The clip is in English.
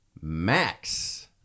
Max